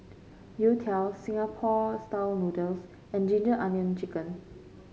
Youtiao Singapore style noodles and ginger onion chicken